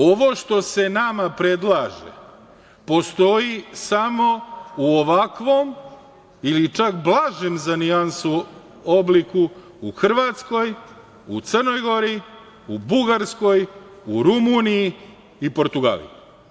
Ovo što se nama predlaže postoji samo u ovakvom ili čak blažem, za nijansu, obliku u Hrvatskoj, u Crnoj Gori, u Bugarskoj, u Rumuniji i Portugaliji.